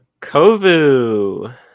Kovu